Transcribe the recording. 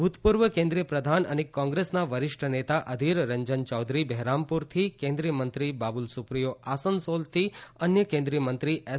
ભૂતપૂર્વ કેન્દ્રિય પ્રધાન અને કોંગ્રેસના વરિષ્ઠ નેતા અધિર રંજન ચૌધરી બહેરામપુરથી કેન્દ્રિય મંત્રી બાબુલ સુપ્રિયો આસનસોલથી અન્ય કેન્દ્રિય મંત્રી એસ